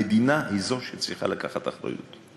המדינה היא זו שצריכה לקחת אחריות.